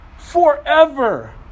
forever